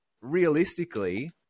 realistically